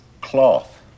cloth